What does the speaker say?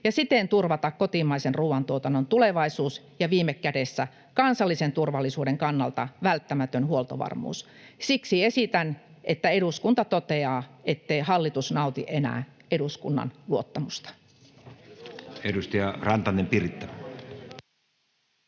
ja siten turvata kotimaisen ruoantuotannon tulevaisuus ja viime kädessä kansallisen turvallisuuden kannalta välttämätön huoltovarmuus. Siksi esitän, että eduskunta toteaa, ettei hallitus nauti enää eduskunnan luottamusta.”